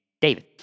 David